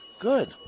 Good